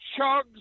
chugs